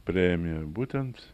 premiją būtent